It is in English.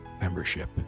membership